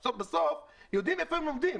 בסוף יודעים היכן הם לומדים.